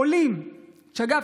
עולים ואגב,